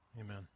Amen